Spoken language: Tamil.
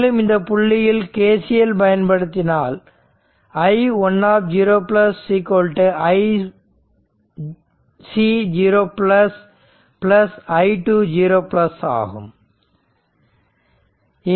மேலும் இந்த புள்ளியில் KCL பயன்படுத்தினால் i10 iC0 i20 ஆகும்